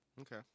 Okay